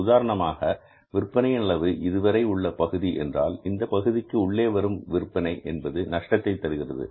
உதாரணமாக விற்பனையின் அளவு இதுவரை உள்ள பகுதி என்றால் இந்தப் பகுதிக்கு உள்ளே வரும் விற்பனை என்பது நஷ்டத்தை தருகிறது